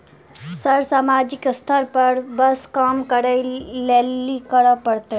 Sir सामाजिक स्तर पर बर काम देख लैलकी करऽ परतै?